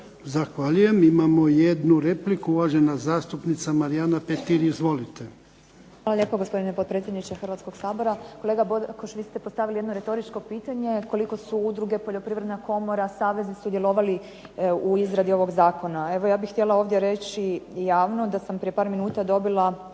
Zahvaljujem. Imamo jednu repliku. Uvažena zastupnica Marijana Petir, izvolite. **Petir, Marijana (HSS)** Hvala lijepo, gospodine potpredsjedniče Hrvatskoga sabora. Kolega Bodakoš, vi ste postavili jedno retoričko pitanje koliko su udruge, poljoprivredna komora, savezi, sudjelovali u izradi ovog zakona. Evo ja bih htjela ovdje reći javno da sam prije par minuta dobila